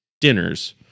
dinners